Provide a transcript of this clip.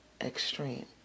extreme